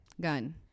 gun